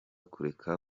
kureka